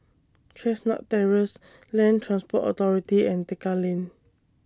Chestnut Terrace Land Transport Authority and Tekka Lane